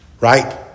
Right